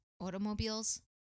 Automobiles